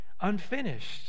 unfinished